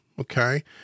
okay